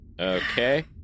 Okay